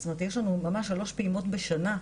יש לנו שלוש פעימות בשנה,